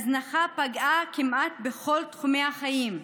ההזנחה פגעה כמעט בכל תחומי החיים,